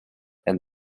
and